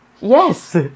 yes